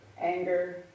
anger